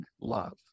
love